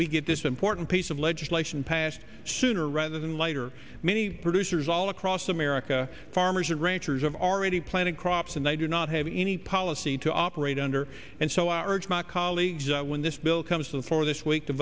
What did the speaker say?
we get this important piece of legislation passed sooner rather than later many producers all across america farmers and ranchers have already planted crops and i do not have any policy to operate under and so arch my colleagues when this bill comes to the floor this week to